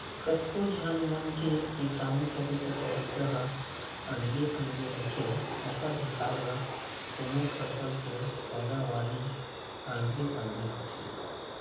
कतको झन मन के किसानी करे के तरीका ह अलगे अलगे रहिथे ओखर हिसाब ल कोनो फसल के पैदावारी अलगे अलगे होथे